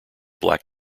black